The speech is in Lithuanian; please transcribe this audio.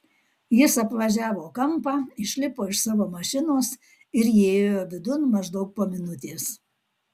jis apvažiavo kampą išlipo iš savo mašinos ir įėjo vidun maždaug po minutės